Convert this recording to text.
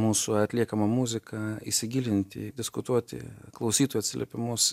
mūsų atliekamą muziką įsigilinti diskutuoti klausytojų atsiliepimus